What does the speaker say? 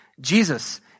Jesus